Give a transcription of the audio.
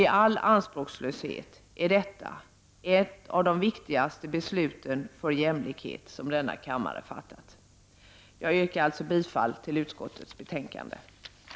I all anspråkslöshet är detta ett av de viktigaste besluten i denna kammare när det gäller jämlikhet. Jag yrkar alltså bifall till utskottets hemställan i betänkandet.